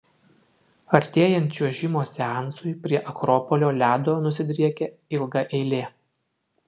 artėjant čiuožimo seansui prie akropolio ledo nusidriekia ilga eilė